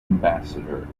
ambassador